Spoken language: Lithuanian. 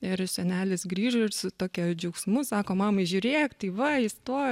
ir senelis grįžo ir su tokia džiaugsmu sako mamai žiūrėk tai va įstojo